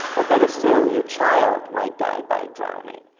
or better still, your child might die by drowning,